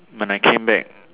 when I came back